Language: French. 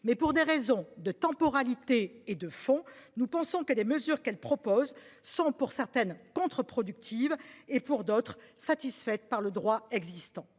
Mais pour des raisons de temporalité et de fond. Nous pensons que des mesures qu'elle propose 100 pour certaines contre-productive et pour d'autres satisfaite par le droit existant.